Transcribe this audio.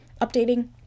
updating